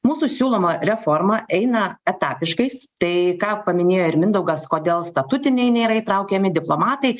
mūsų siūloma reforma eina etapiškais tai ką paminėjo ir mindaugas kodėl statutiniai nėra įtraukiami diplomatai